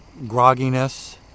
grogginess